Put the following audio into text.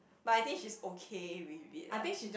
but I think she is okay with it lah